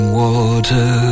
water